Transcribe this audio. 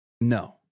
No